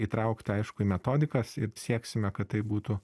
įtraukt aišku į metodikas ir sieksime kad tai būtų